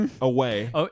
away